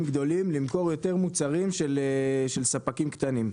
גדולים למכור יותר מוצרים של ספקים קטנים.